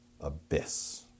Abyss